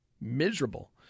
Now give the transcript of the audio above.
miserable